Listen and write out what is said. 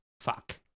Fuck